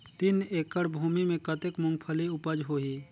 तीन एकड़ भूमि मे कतेक मुंगफली उपज होही?